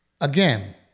again